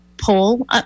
poll